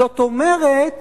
זאת אומרת,